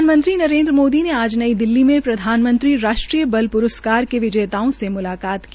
प्रधानमंत्री नरेन्द्र मोदी ने आज नई दिल्ली में प्रधानमंत्री राष्ट्रीय बाल प्रस्कार के विजेताओं से मुलाकात की